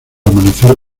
amanecer